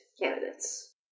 candidates